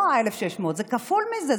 לא 1,600. זה כפול מזה,